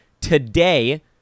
today